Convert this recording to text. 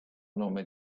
nome